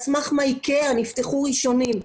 על סמך מה "איקאה" נפתחו ראשונים?